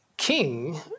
King